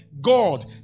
God